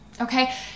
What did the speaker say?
okay